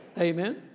Amen